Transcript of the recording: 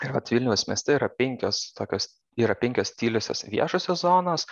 kad vilniaus mieste yra penkios tokios yra penkios tyliosios viešosios zonos